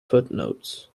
footnotes